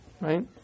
right